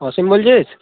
অসীম বলছিস